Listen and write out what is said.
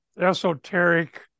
esoteric